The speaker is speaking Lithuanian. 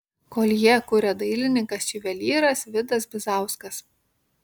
koljė kuria dailininkas juvelyras vidas bizauskas